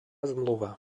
zmluva